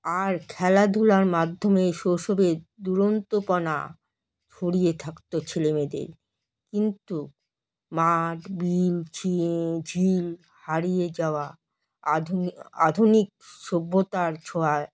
আর খেলাধুলার মাধ্যমে শৈশবের দুরন্তপনা ছড়িয়ে থাকত ছেলেমেয়েদের কিন্তু মাঠ বিল ঝি ঝিল হারিয়ে যাওয়া আধুনিক আধুনিক সভ্যতার ছোঁয়ায়